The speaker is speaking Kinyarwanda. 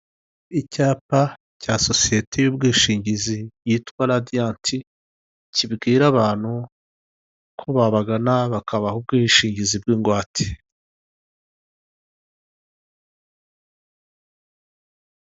Ahantu hari habereye amatora abaturage bamwe bari kujya gutora abandi bari kuvayo ku marembo y'aho hantu hari habereye amatora hari hari banderore yanditseho repubulika y'u Rwanda komisiyo y'igihugu y'amatora, amatora y'abadepite ibihumbi bibiri na cumi n'umunani twitabire amatora duhitemo neza.